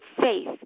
faith